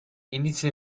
inizia